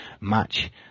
match